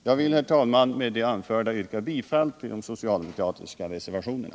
Jag vill, herr talman, med det anförda yrka bifall till de socialdemokratiska reservationerna.